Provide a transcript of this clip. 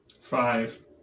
Five